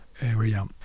area